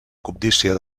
cobdícia